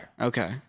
Okay